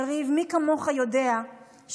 יריב, מי כמוך יודע שנכון,